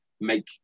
make